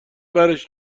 برش